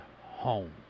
home